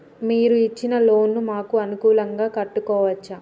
మీరు ఇచ్చిన లోన్ ను మాకు అనుకూలంగా కట్టుకోవచ్చా?